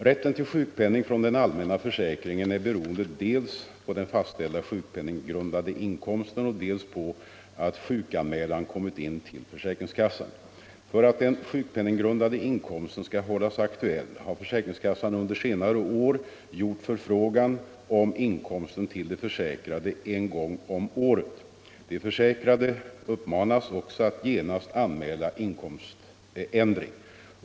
Rätten till sjukpenning från den allmänna försäkringen är beroende dels på den fastställda sjukpenninggrundande inkomsten, dels på att sjukanmälan kommit in till försäkringskassan. För att den sjukpenninggrundande inkomsten skall hållas aktuell har försäkringskassan under senare år gjort förfrågan om inkomsten till de försäkrade en gång om året. De försäkrade uppmanas också att genast anmäla inkomständring.